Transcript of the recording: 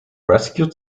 rescued